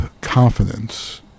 confidence